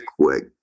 quick